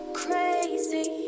crazy